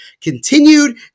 continued